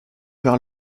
vers